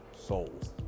souls